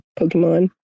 pokemon